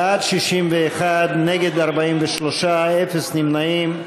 בעד, 61, נגד 43, אפס נמנעים.